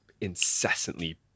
incessantly